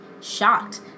shocked